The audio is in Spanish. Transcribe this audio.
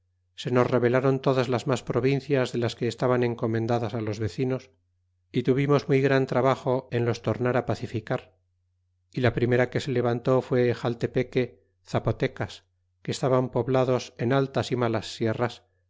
se nos rebelaron todas las mas provincias de las que estaban encomendadas los vecinos fi tuvimos muy gran trabajo en los tornar pacificar y la primera que se levantó fue xaltepeque zapotecas que estaban poblados en altas y malas sierras